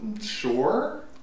sure